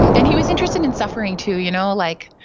and he was interested in suffering too. you know like